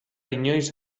inoiz